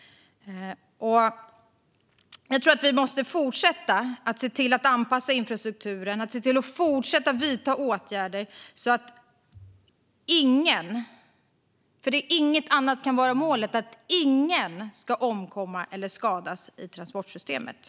Jag tror att vi måste fortsätta att se till att anpassa infrastrukturen och att fortsätta att vidta åtgärder så att ingen ska omkomma eller skadas i transportsystemet.